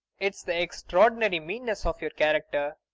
it's the extraordinary meanness of your character.